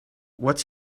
what’s